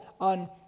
on